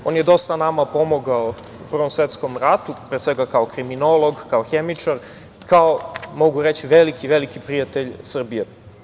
On je dosta nama pomogao u Prvom svetskom ratu, pre svega kao kriminolog, kao hemičar, kao veliki, veliki prijatelj Srbije.